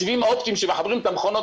הסיבים האופטיים שמחברים את המכונות